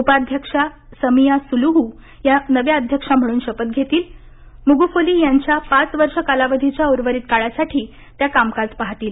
उपाध्यक्षा Samia Suluhu यांना नव्या अध्यक्ष म्हणून शपथ देण्यात येईल आणि मगुफुली यांच्या पाच वर्ष कालावधीच्या उर्वरित काळासाठी त्या कामकाज पाहतील